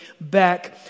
back